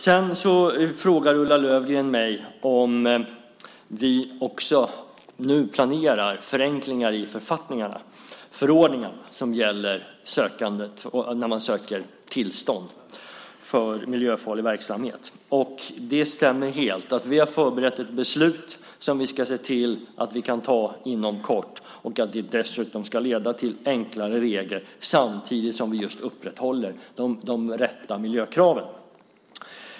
Ulla Löfgren frågade mig om vi nu också planerar förenklingar i förordningarna som gäller när man söker tillstånd för miljöfarlig verksamhet. Det stämmer helt! Vi har förberett ett beslut som vi ska se till att fatta inom kort. Det ska leda till enklare regler samtidigt som vi upprätthåller de rätta miljökraven.